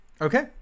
Okay